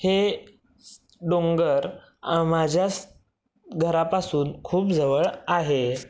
हे डोंगर माझ्या स घरापासून खूप जवळ आहे